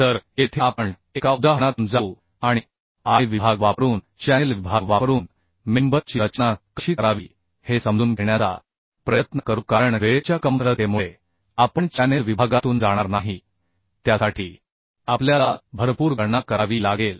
तर येथे आपण एका उदाहरणातून जाऊ आणि आय विभाग वापरून चॅनेल विभाग वापरून मेंबर ची रचना कशी करावी हे समजून घेण्याचा प्रयत्न करू कारण वेळेच्या कमतरतेमुळे आपण चॅनेल विभागातून जाणार नाही त्यासाठी आपल्याला भरपूर गणना करावी लागेल